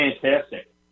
fantastic